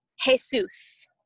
Jesus